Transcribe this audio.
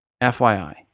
FYI